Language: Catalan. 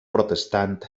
protestant